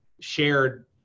shared